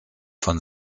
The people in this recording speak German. von